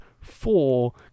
four